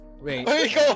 Wait